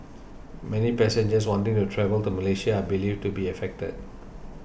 many passengers wanting to travel to Malaysia believed to be affected